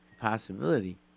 possibility